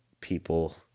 people